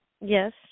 Yes